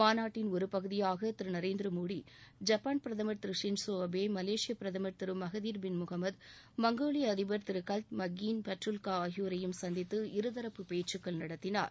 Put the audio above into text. மாநாட்டின் ஒருபகுதியாகதிருநரேந்திரமோடி ஜப்பான் பிரதமர் திரு திருமகதீர் ஸோஅபே மலேசியபிரதமர் ஷின் பின் முகமது மங்கோலியஅதிபர் கல்த் மகீன் படுல்காஆகியோரையும் சந்தித்து இருதரப்பு பேச்சுக்கள் நடத்தினார்